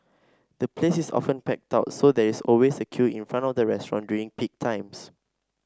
the place is often packed out so there is always a queue in front of the restaurant during peak times